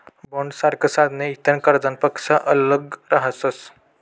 बॉण्डसारखा साधने इतर कर्जनापक्सा आल्लग रहातस